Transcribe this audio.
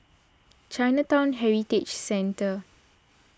Chinatown Heritage Centre